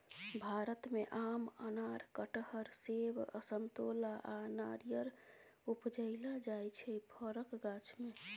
भारत मे आम, अनार, कटहर, सेब, समतोला आ नारियर उपजाएल जाइ छै फरक गाछ मे